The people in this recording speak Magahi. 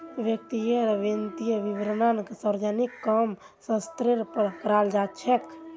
व्यक्तिर वित्तीय विवरणक सार्वजनिक क म स्तरेर पर कराल जा छेक